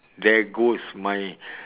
there goes my